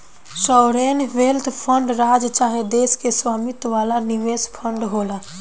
sovereign wealth fund राज्य चाहे देश के स्वामित्व वाला निवेश फंड होला